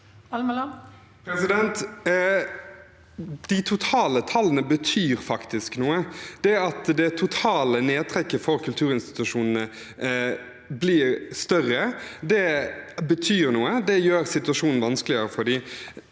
De totale tallene betyr faktisk noe. Det at det totale nedtrekket for kulturinstitusjonene blir større, betyr noe. Det gjør situasjonen vanskeligere for dem.